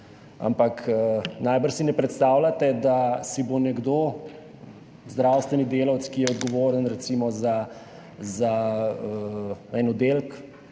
ampak najbrž si ne predstavljate, da si bo nek zdravstveni delavec, ki je odgovoren recimo za en oddelek